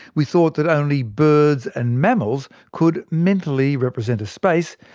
we thought that only birds and mammals could mentally represent a space,